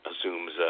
assumes